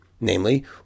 namely